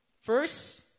First